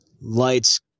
lights